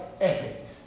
Epic